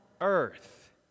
earth